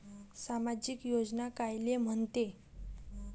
सामाजिक योजना कायले म्हंते?